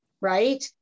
Right